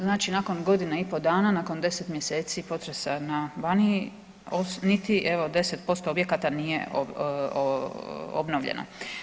Znači nakon godinu i pol dana nakon 10 mjeseci potresa na Baniji niti evo 10% objekata nije obnovljeno.